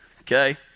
Okay